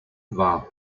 war